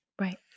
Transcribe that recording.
Right